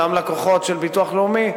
אותם לקוחות של הביטוח הלאומי,